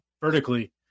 vertically